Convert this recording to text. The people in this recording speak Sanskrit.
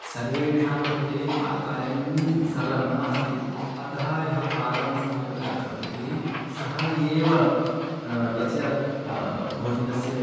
सर्वेषां कृते पाककार्यं सरलं नास्ति अतः यः पाकं सम्यक्तया करोति सः एव तस्य भोजनस्य